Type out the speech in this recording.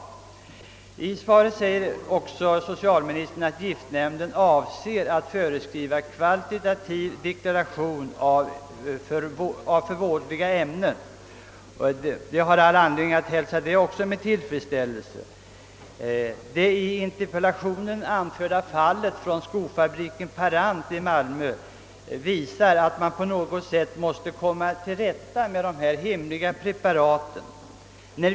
Socialministern uttalar också i sitt svar att giftnämnden avser att föreskriva kvalitativ deklaration även för vådliga ämnen, vilket jag har all anledning att hälsa med tillfredsställelse. Det i interpellationen anförda fallet vid skofabriken Parant i Malmö visar, att man på något sätt måste komma till rätta med s.k. hemliga preparat.